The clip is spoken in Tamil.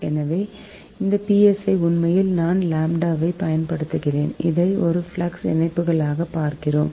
எனவே இந்த psi உண்மையில் நாம் லாம்ப்டாவைப் பயன்படுத்துகிறோம் இதை ஒரு ஃப்ளக்ஸ் இணைப்புகளாகப் பார்க்கிறோம்